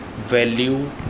value